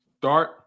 Start